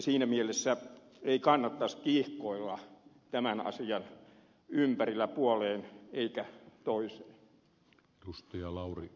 siinä mielessä ei kannattaisi kiihkoilla tämän asian ympärillä puoleen eikä toiseen